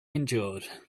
endured